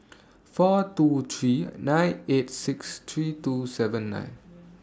four two three nine eight six three two seven nine